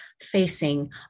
facing